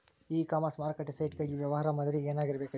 E commerce ಮಾರುಕಟ್ಟೆ site ಗಾಗಿ ವ್ಯವಹಾರ ಮಾದರಿ ಏನಾಗಿರಬೇಕ್ರಿ?